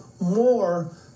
more